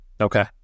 okay